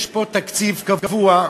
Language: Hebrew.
יש פה תקציב קבוע,